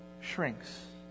shrinks